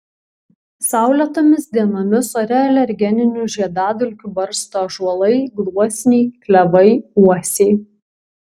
saulėtomis dienomis ore alergeninių žiedadulkių barsto ąžuolai gluosniai klevai uosiai